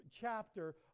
chapter